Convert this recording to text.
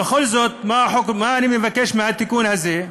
בכל זאת, מה אני מבקש בתיקון הזה?